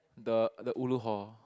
the the ulu hall